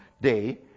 day